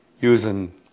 using